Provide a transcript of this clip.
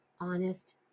honest